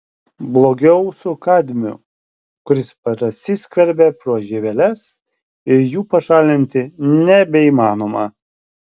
blogiau su kadmiu kuris prasiskverbia pro žieveles ir jų pašalinti nebeįmanoma